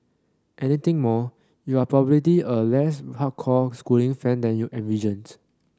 anything more you are probably a less hardcore schooling fan than you envisioned